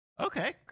Okay